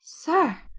sir,